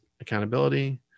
accountability